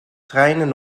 treinen